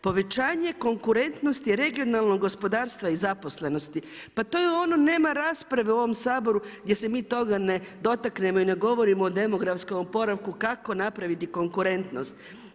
Povećanje konkurentnosti regionalnog gospodarstva i zaposlenosti, pa to je ono nema rasprave u ovom Saboru gdje se mi toga ne dotaknemo i ne govorimo o demografskom opravku, kako napraviti konkurentnost.